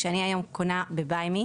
כשאני קונה היום ב- Buy Me,